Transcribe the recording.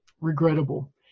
Regrettable